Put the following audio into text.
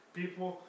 People